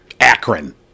Akron